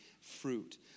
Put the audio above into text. fruit